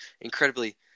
incredibly